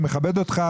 אני מכבד אותך,